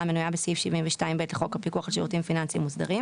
המנויה בסעיף 72(ב) לחוק הפיקוח על שירותים פיננסיים מוסדרים".